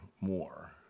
more